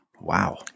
wow